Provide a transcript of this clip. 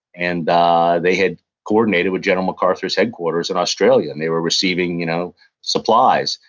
and they had coordinated with general macarthur's headquarters in australia, and they were receiving you know supplies